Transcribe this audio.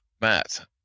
Matt